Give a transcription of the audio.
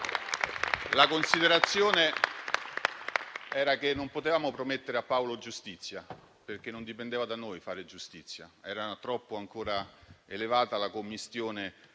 La considerazione era che non potevamo promettere a Paolo giustizia, perché non dipendeva da noi fare giustizia, era ancora troppo elevata la commistione